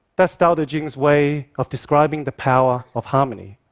that's tao te ching's way of describing the power of harmony.